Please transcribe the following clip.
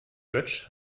götsch